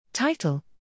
Title